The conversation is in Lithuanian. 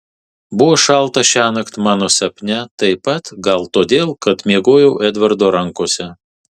buvo šalta šiąnakt mano sapne taip pat gal todėl kad miegojau edvardo rankose